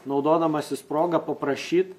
naudodamasis proga paprašyt